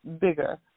bigger